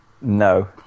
No